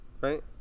right